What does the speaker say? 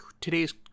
today's